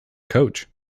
coach